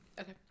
Okay